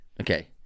Okay